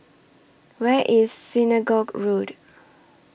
Where IS Synagogue Road